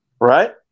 Right